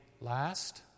last